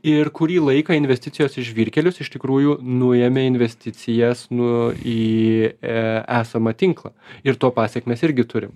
ir kurį laiką investicijos į žvyrkelius iš tikrųjų nuėmė investicijas nu į e esamą tinklą ir to pasekmes irgi turim